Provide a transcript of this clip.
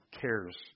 cares